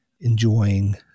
enjoying